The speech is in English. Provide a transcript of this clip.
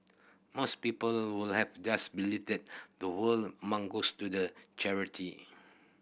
most people would have just believed that the whole amount goes to the charity